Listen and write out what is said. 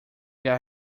get